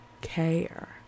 care